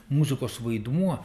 muzikos vaidmuo